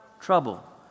trouble